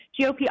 GOP